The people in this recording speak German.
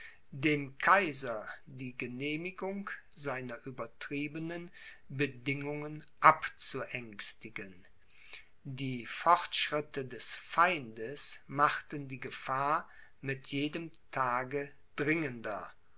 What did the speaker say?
dem kaiser die genehmigung seiner übertriebenen bedingungen abzuängstigen die fortschritte des feindes machten die gefahr mit jedem tage dringender